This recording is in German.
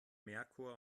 merkur